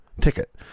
ticket